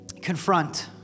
Confront